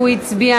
הצעת